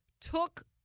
took